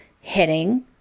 hitting